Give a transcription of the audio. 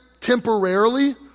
temporarily